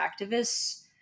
activists